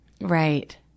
Right